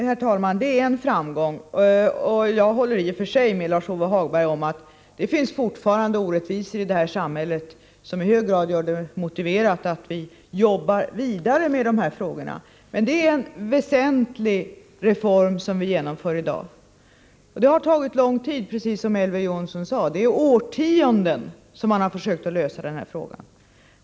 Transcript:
Herr talman! Detta är en framgång. Jag håller i och för sig med Lars-Ove Hagberg om att det fortfarande finns orättvisor i det här samhället som i hög grad gör det motiverat att vi jobbar vidare med dessa frågor. Men det är en väsentlig reform som vi skall besluta om i dag. Det har tagit lång tid, precis som Elver Jonsson sade. Under årtionden har man försökt lösa denna fråga.